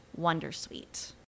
Wondersuite